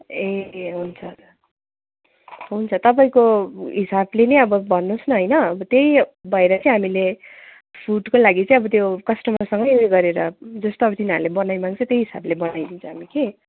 ए ए हुन्छ त हुन्छ तपाईँको हिसापले नै अब भन्नुहोस् न हैन अब त्यही भएर चाहिँ हामीले फुडको लागि चाहिँ अब त्यो कस्टमरसँगै ऊ यो गरेर जस्तो अब तिनीहरूले बनाइमाग्छ त्यही हिसापले बनाइदिन्छ हामी कि